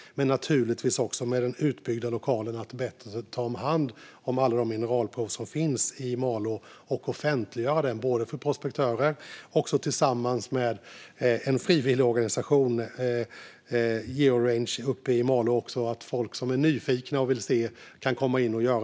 Naturligtvis vill man också med den utbyggda lokalen bättre ta hand om alla de mineralprov som finns i Malå och offentliggöra dem, tillsammans med en frivilligorganisation uppe i Malå som heter Georange, både för prospektörer och för folk som är nyfikna och vill se vad som finns.